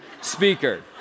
speaker